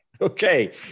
Okay